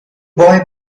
boy